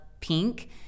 pink